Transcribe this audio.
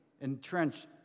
entrenched